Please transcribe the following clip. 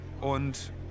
und